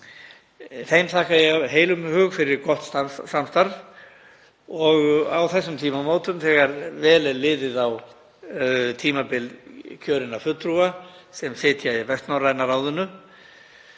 Þeim þakka ég af heilum hug fyrir gott samstarf. Á þessum tímamótum þegar vel er liðið á tímabil kjörinna fulltrúa sem sitja í Vestnorræna ráðinu,